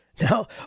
Now